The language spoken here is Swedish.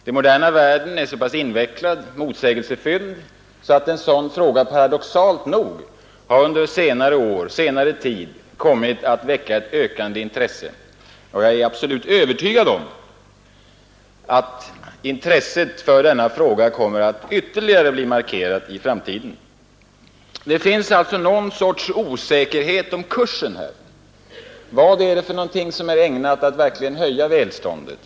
Den moderna världen är så pass invecklad och motsägelsefylld, att en sådan fråga paradoxalt nog under senare tid kommit att väcka ett ökande intresse, och jag är absolut övertygad om att intresset för detta problem kommer att bli ytterligare markerat i framtiden. Det finns alltså en osäkerhet om kursen. Vad är det för någonting som är ägnat att verkligen höja välståndet?